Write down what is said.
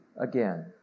again